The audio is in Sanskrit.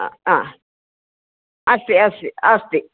अस्ति अस्ति अस्ति